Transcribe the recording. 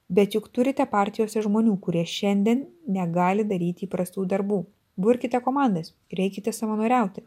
bet juk turite partijose žmonių kurie šiandien negali daryti įprastų darbų burkite komandas ir eikite savanoriauti